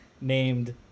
named